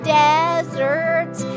deserts